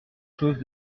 chose